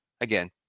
Again